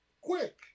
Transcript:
quick